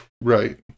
right